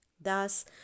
Thus